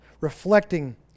reflecting